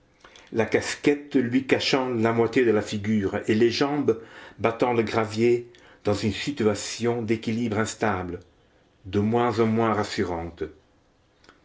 la casquette lui cachant la moitié de la figure et les jambes battant le gravier dans une situation d'équilibre instable de moins en moins rassurante